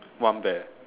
one bear